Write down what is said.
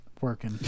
working